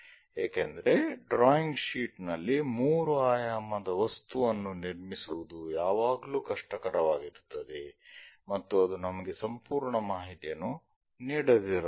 ಏಕೆಂದರೆ drawing sheet ನಲ್ಲಿ 3 ಆಯಾಮದ ವಸ್ತುವನ್ನು ನಿರ್ಮಿಸುವುದು ಯಾವಾಗಲೂ ಕಷ್ಟಕರವಾಗಿರುತ್ತದೆ ಮತ್ತು ಅದು ನಮಗೆ ಸಂಪೂರ್ಣ ಮಾಹಿತಿಯನ್ನು ನೀಡದಿರಬಹುದು